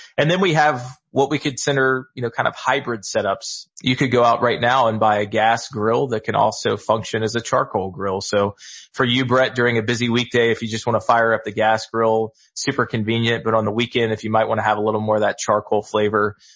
and then we have what we consider you know kind of hybrid setups. you could go out right now and buy a gas grill that can also function as a charcoal grill. so for you brett, during a busy week day, if you just wanna fire up the gas grill super convenient, but on the weekend if you might wanna have a little more that charcoal flavor,